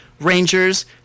Rangers